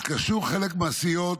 התקשו חלק מהסיעות,